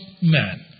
man